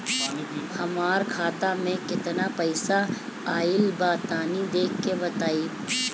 हमार खाता मे केतना पईसा आइल बा तनि देख के बतईब?